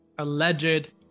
alleged